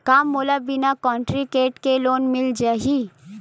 का मोला बिना कौंटलीकेट के लोन मिल जाही?